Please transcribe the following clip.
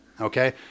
Okay